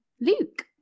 Luke